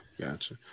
Gotcha